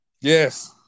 Yes